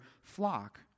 flock